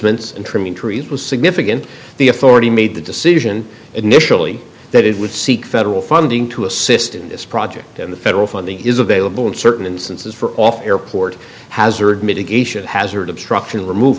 easements and trimming trees was significant the authority made the decision initially that it would seek federal funding to assist in this project and the federal funding is available in certain instances for off airport hazard mitigation hazard obstruction remov